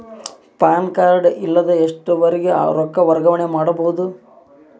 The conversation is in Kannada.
ಪ್ಯಾನ್ ಕಾರ್ಡ್ ಇಲ್ಲದ ಎಷ್ಟರವರೆಗೂ ರೊಕ್ಕ ವರ್ಗಾವಣೆ ಮಾಡಬಹುದು?